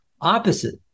opposite